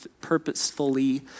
purposefully